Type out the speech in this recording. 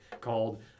called